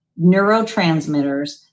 neurotransmitters